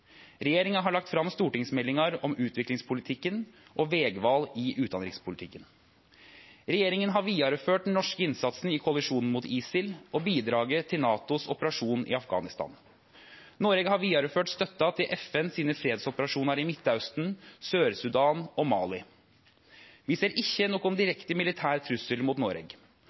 Regjeringa har lagt fram stortingsmeldingar om utviklingspolitikken og vegval i utanrikspolitikken. Regjeringa har vidareført den norske innsatsen i koalisjonen mot ISIL og bidraget til NATOs operasjon i Afghanistan. Noreg har vidareført støtta til FNs fredsoperasjonar i Midtausten, Sør-Sudan og Mali. Vi ser ikkje nokon direkte militær trussel mot Noreg.